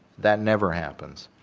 that never happens.